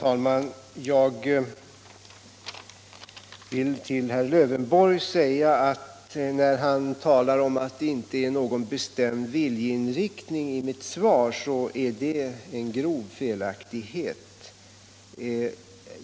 Herr talman! När herr Lövenborg talar om att det inte är någon bestämd viljeinriktning i mitt svar gör han sig skyldig till en grov felaktighet.